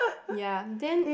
yea then